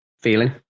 feeling